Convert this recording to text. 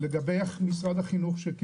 לגבי משרד החינוך.